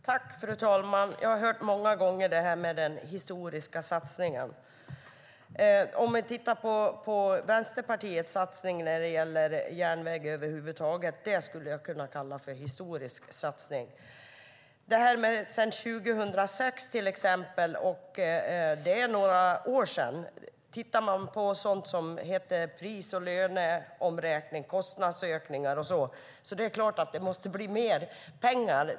Fru talman! Jag har hört många gånger om den här historiska satsningen. Vänsterpartiets satsning när det gäller järnväg över huvud taget - den skulle jag kunna kalla historisk. Det här med "sedan 2006" till exempel - det är några år sedan. När man tittar man på sådant som pris och löneomräkning, kostnadsökningar och sådant är det klart att det måste bli mer pengar.